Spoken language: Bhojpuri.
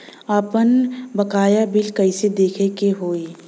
आपन बकाया बिल कइसे देखे के हौ?